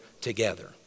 together